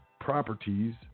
properties